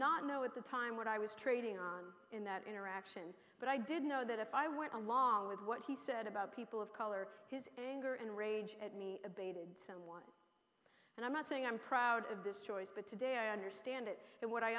not know at the time what i was trading on in that interaction but i did know that if i went along with what he said about people of color his anger and rage at me abated and i'm not saying i'm proud of this choice but today i understand it and what i